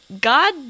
god